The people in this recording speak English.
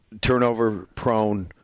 turnover-prone